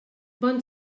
bon